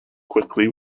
quickly